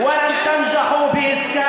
אני לא רוצה לקרוא שוב.